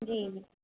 جی جی